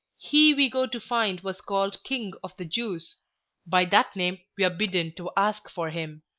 he we go to find was called king of the jews by that name we are bidden to ask for him.